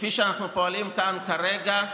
כפי שאנחנו פועלים כאן כרגע,